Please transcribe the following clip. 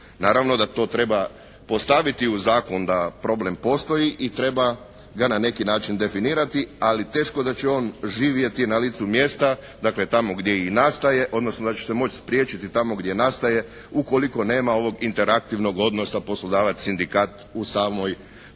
Naravno da to treba postaviti u zakon da problem postoji i treba ga na neki način definirati, ali teško da će on živjeti na licu mjesta, dakle tamo gdje i nastaje, odnosno da će se moći spriječiti tamo gdje nastaje ukoliko nema ovog interaktivnog odnosa poslodavac-sindikat u samoj